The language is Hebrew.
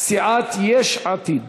מסיעת יש עתיד.